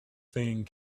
thing